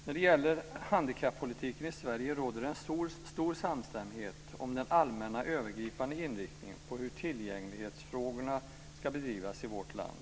När det gäller handikappolitiken i Sverige råder det en stor samstämmighet om den allmänna, övergripande inriktningen på hur tillgänglighetsfrågorna ska bedrivas i vårt land.